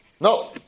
No